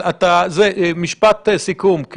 אבל משפט סיכום.